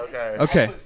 Okay